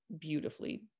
beautifully